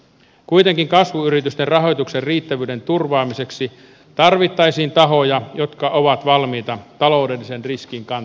kuitenkin kasvuyritysten rahoituksen riittävyyden turvaamiseksi tarvittaisiin tahoja jotka ovat valmiita taloudellisen riskin kantamiseen